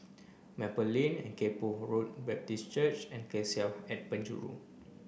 Maple Lane and Kay Poh Road Baptist Church and Cassia at Penjuru